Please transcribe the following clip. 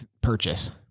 purchase